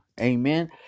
Amen